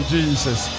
Jesus